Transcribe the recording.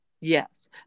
Yes